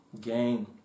gain